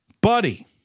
buddy